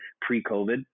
pre-COVID